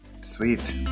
Sweet